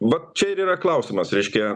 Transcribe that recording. vat čia ir yra klausimas reiškia